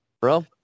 bro